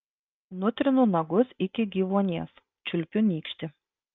nutrinu nagus iki gyvuonies čiulpiu nykštį